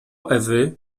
ewy